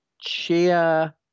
cheer